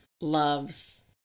loves